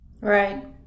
Right